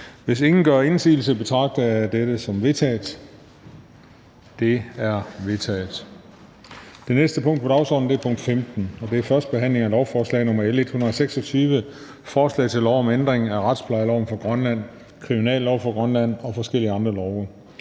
Hvis ingen gør indsigelse, betragter dette som vedtaget. Det er vedtaget. --- Det næste punkt på dagsordenen er: 15) 1. behandling af lovforslag nr. L 126: Forslag til lov om ændring af retsplejelov for Grønland, kriminallov for Grønland og forskellige andre love.